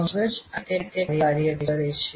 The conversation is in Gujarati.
મગજ આ રીતે કાર્ય કરે છે